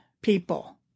people